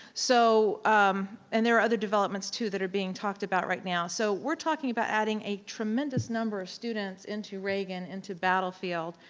so um and there are other developments too that are being talked about right now. so we're talking about adding a tremendous number of students into reagan, into battlefield.